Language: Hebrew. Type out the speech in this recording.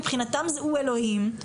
מבחינתם הוא אלוהים,